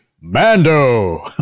Mando